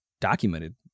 documented